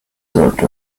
sort